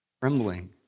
trembling